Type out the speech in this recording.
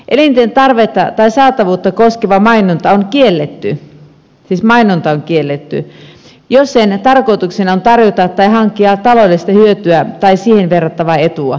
elinten tarvetta tai saatavuutta koskeva mainonta on kielletty siis mainonta on kielletty jos sen tarkoituksena on tarjota tai hankkia taloudellista hyötyä tai siihen verrattavaa etua